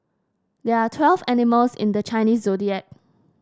there are twelve animals in the Chinese Zodiac